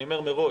אני אומר מראש,